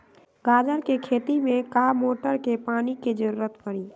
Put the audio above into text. गाजर के खेती में का मोटर के पानी के ज़रूरत परी?